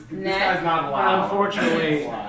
Unfortunately